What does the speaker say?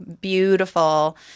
beautiful –